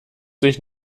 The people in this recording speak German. sich